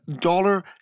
Dollar